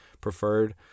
preferred